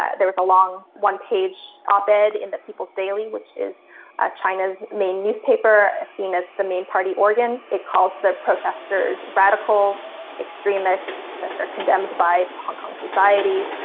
there was a long one-page op ed in the people's daily, which is china's main newspaper, seen as the main party organ. it calls the protesters radical extremists, that they're condemned by hong kong society,